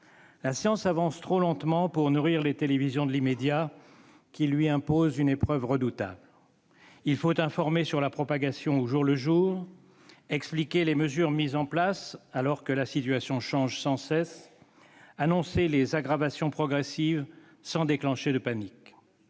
La science avance trop lentement pour nourrir les télévisions de l'immédiat, qui lui imposent une épreuve redoutable. Il faut informer sur la propagation au jour le jour, expliquer les mesures mises en place alors que la situation change sans cesse, annoncer les aggravations progressives sans déclencher de panique.